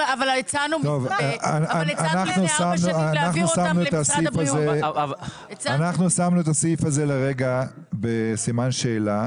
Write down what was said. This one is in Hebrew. אנחנו שמנו לרגע את הסעיף הזה בסימן שאלה.